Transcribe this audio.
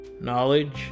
knowledge